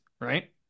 right